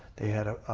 they had a